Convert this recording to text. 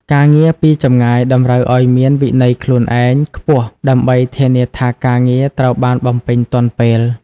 ការងារពីចម្ងាយតម្រូវឱ្យមាន វិន័យខ្លួនឯង ខ្ពស់ ដើម្បីធានាថាការងារត្រូវបានបំពេញទាន់ពេល។